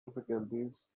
difficulties